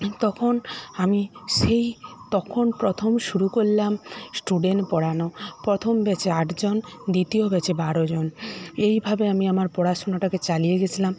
তখন আমি সেই তখন প্রথম শুরু করলাম স্টুডেন্ট পড়ানো প্রথম ব্যাচে আটজন দ্বিতীয় ব্যাচে বারোজন এইভাবে আমি আমার পড়াশোনাটাকে চালিয়ে গেছিলাম